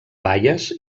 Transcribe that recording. baies